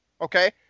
okay